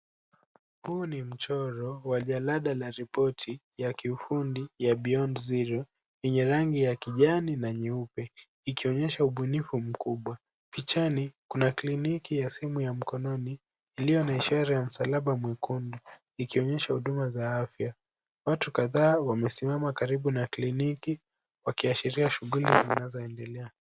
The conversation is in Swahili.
Huu ni mchoro wa jalada la ripoti ya kiufundi ya Beyond Zero yenye rangi ya kijani na nyeupe ikionyesha ubunifu mkubwa. Pichani, kuna kliniki ya simu ya mkononi iliyo na ishara ya msalaba mwekundu ikionyesha huduma za afya. Watu kadhaa wamesimama karibu na kliniki wakiashiria shughuli zinazoendelea.